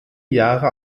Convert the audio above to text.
jahre